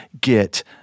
Get